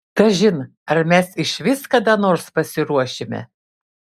kažin ar mes išvis kada nors pasiruošime